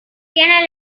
tiene